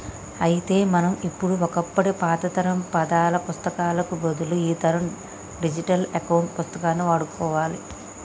అయితే మనం ఇప్పుడు ఒకప్పటి పాతతరం పద్దాల పుత్తకాలకు బదులు ఈతరం డిజిటల్ అకౌంట్ పుస్తకాన్ని వాడుకోవాలి